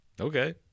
Okay